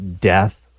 death